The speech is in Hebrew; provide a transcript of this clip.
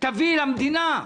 תביא למדינה.